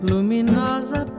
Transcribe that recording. Luminosa